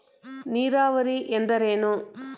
ನೀರಾವರಿ ಎಂದರೇನು?